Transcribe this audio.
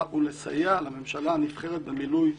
הוא לסייע לממשלה הנבחרת במילוי תפקידה.